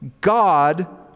God